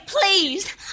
please